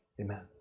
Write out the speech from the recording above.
Amen